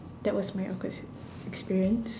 that was my awkward sit~ experience